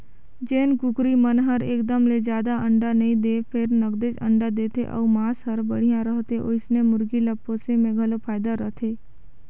जेन कुकरी मन हर एकदम ले जादा अंडा नइ दें फेर नगदेच अंडा देथे अउ मांस हर बड़िहा रहथे ओइसने मुरगी ल पोसे में घलो फायदा रथे